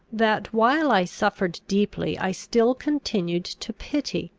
that, while i suffered deeply, i still continued to pity,